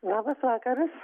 labas vakaras